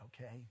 okay